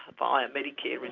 ah via medicare, and